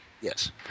Yes